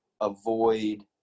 avoid